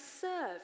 serve